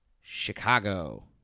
Chicago